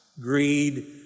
Greed